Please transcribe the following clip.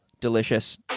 Delicious